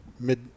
Mid